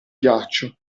ghiaccio